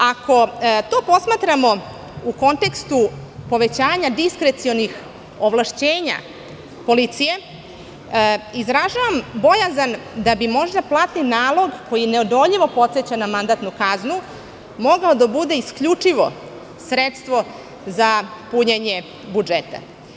Ako to posmatramo u kontekstu povećanja diskrecionih ovlašćenja policije, izražavam bojazan da bi možda platni nalog, koji neodoljivo podseća na mandatnu kaznu, mogao da bude isključivo sredstvo za punjenje budžeta.